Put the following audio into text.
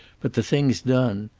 but the thing's done.